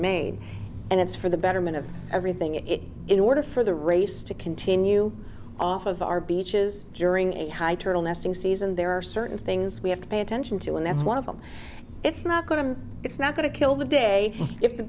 made and it's for the betterment of everything in it in order for the race to continue off of our beaches during a high turtle nesting season there are certain things we have to pay attention to and that's one of them it's not going to it's not going to kill the day if the